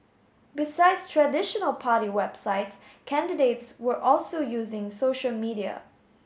besides traditional party websites candidates were also using social media